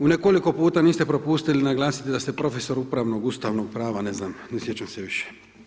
U nekoliko puta niste propustili naglasiti da ste prof. upravnog, ustavnog prava, ne znam, ne sjećam se više.